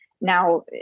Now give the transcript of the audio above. Now